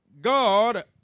God